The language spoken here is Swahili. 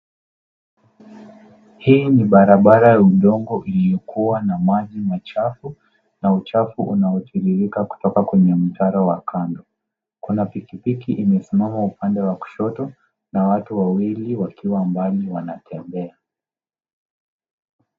Hii ni barabara ya udongo iliyokuwa na maji machafu na uchafu unaotiririka kutoka kwenye mtaro wa kando. Kuna pikipiki imesimama upande wa kushoto na watu wawili wakiwa mbali wanatembea.